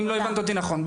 אם לא הבנת אותי נכון.